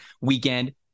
Weekend